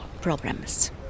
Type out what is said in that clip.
problems